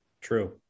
True